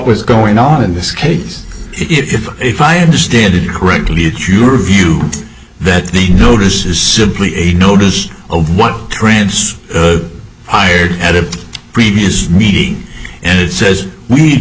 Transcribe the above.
was going on in this case if if i understand it correctly it's your view that the notice is simply a notice of one trans hired at a previous meeting and it says